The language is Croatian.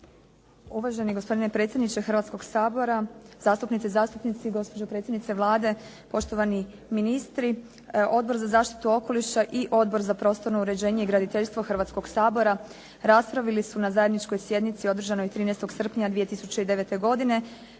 Uvaženi gospodine predsjedniče Hrvatskoga sabora, zastupnice, zastupnici, gospođo predsjednice Vlade, poštovani ministri. Odbor za zaštitu okoliša i Odbor za prostorno uređenje i graditeljstvo Hrvatskoga sabora raspravili su na zajedničkoj sjednici održanoj 13. srpnja 2009. godine